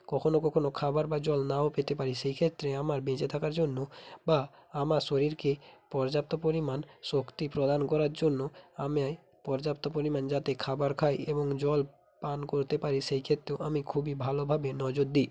কখনো কখনো খাবার বা জল নাও পেতে পারি সেইক্ষেত্রে আমার বেঁচে থাকার জন্য বা আমার শরীরকে পর্যাপ্ত পরিমাণ শক্তি প্রদান করার জন্য আমি পর্যাপ্ত পরিমাণ যাতে খাবার খাই এবং জল পান করতে পারি সেই ক্ষেত্রেও আমি খুবই ভালোভাবে নজর দিই